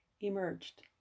emerged